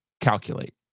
calculate